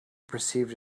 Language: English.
perceived